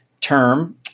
term